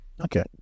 Okay